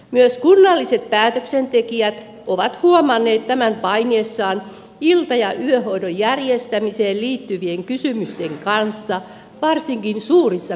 myös kunnalliset päätöksentekijät ovat huomanneet tämän painiessaan ilta ja yöhoidon järjestämiseen liittyvien kysymysten kanssa varsinkin suurissa kaupungeissa